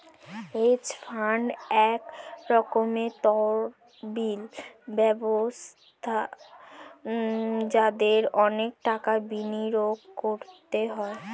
hedge fund এক রকমের তহবিল ব্যবস্থা যাতে অনেক টাকা বিনিয়োগ করতে হয়